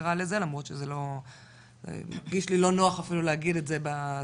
נקרא לזה אפילו שזה מרגיש לי לא נוח אפילו להגיד את זה.